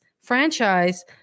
franchise